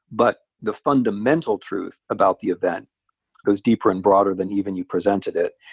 but the fundamental truth about the event goes deeper and broader than even you presented it.